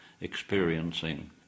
experiencing